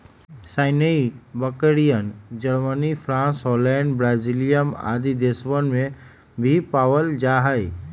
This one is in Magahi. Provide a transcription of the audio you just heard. सानेंइ बकरियन, जर्मनी, फ्राँस, हॉलैंड, बेल्जियम आदि देशवन में भी पावल जाहई